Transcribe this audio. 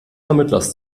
vermittlers